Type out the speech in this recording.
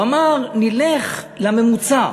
הוא אמר, נלך לממוצע,